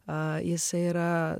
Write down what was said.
a jisai yra